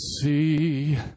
see